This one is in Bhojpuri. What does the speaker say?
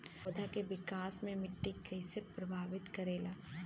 पौधा के विकास मे मिट्टी कइसे प्रभावित करेला?